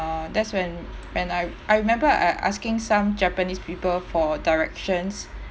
that's when when I I remember I asking some japanese people for directions